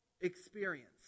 experience